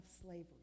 slavery